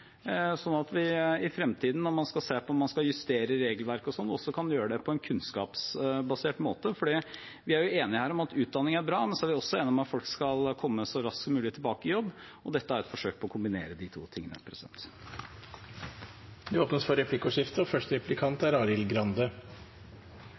sånn at vi i fremtiden når vi skal se på om vi skal justere regelverket, kan gjøre det på en kunnskapsbasert måte. Vi er jo enige her om at utdanning er bra, men vi er også enige om at folk skal komme så raskt som mulig tilbake i jobb, og dette er et forsøk på å kombinere de to tingene. Det blir replikkordskifte. Altfor mange unge står utenfor arbeidslivet, og